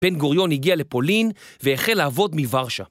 בן גוריון הגיע לפולין והחל לעבוד מורשה.